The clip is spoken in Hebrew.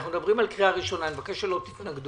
אנחנו מדברים על קריאה ראשונה ואני מבקש שלא תתנגדו.